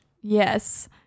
Yes